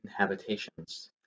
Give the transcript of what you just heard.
inhabitations